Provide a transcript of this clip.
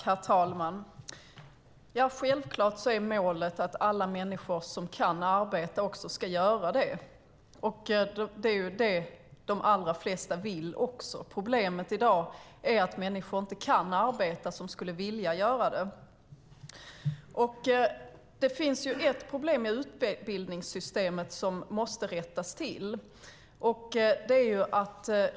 Herr talman! Självklart är målet att alla människor som kan arbeta också ska göra det. Det är ju det som de allra flesta vill. Problemet i dag är att människor som skulle vilja inte kan arbeta. Det finns ett problem i utbildningssystemet som måste rättas till.